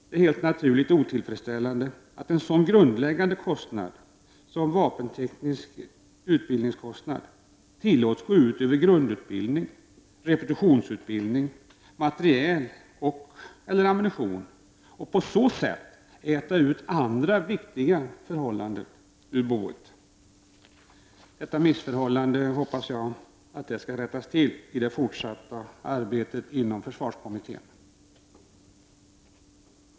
Det är naturligtvis otillfredsställande att en så grundläggande kostnad som vapenteknisk utvecklingskostnad tillåts gå ut över grundutbildning, repetitionsutbildning, materiel och/eller ammunition och på så sätt äta ut dessa ur boet. Det missförhållandet hoppas jag skall rättas till i det fortsatta arbetet inom försvarskommittén.